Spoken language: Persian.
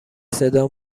صدا